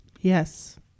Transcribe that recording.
Yes